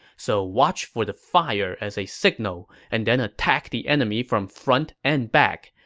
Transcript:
so watch for the fire as a signal and then attack the enemy from front and back.